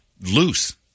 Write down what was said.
loose